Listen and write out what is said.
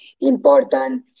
Important